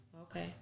Okay